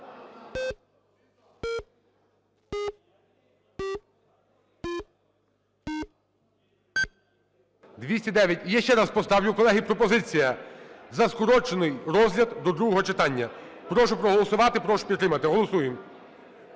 За-209 Я ще раз поставлю, колеги. Пропозиція: за скорочений розгляд до другого читання. Прошу проголосувати. Прошу підтримати. Голосуємо.